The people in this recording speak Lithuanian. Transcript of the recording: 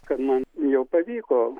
kad man jau pavyko